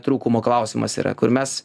trūkumo klausimas yra kur mes